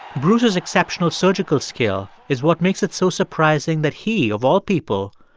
bruce's exceptional surgical skill is what makes it so surprising that he, of all people,